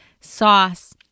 sauce